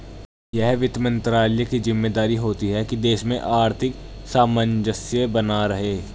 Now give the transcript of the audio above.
यह वित्त मंत्रालय की ज़िम्मेदारी होती है की देश में आर्थिक सामंजस्य बना रहे